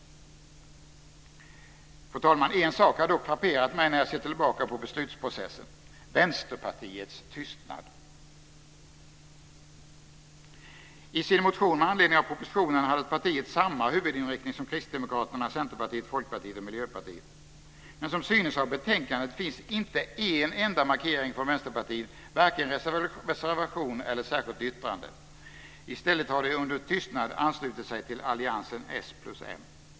Fru talman! En sak har dock frapperat mig när jag ser tillbaka på beslutsprocessen, nämligen Vänsterpartiets tystnad. I sin motion med anledning av propositionen hade partiet samma huvudinriktning som Miljöpartiet. Men som synes av betänkandet finns inte en enda markering från Vänsterpartiet, varken reservation eller särskilt yttrande. I stället har man under tystnad anslutit sig till alliansen socialdemokrater och moderater.